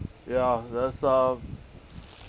ya there's um